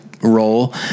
role